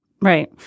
Right